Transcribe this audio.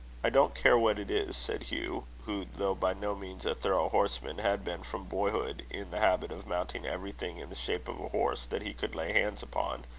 i don't care what it is, said hugh who though by no means a thorough horseman, had been from boyhood in the habit of mounting everything in the shape of a horse that he could lay hands upon,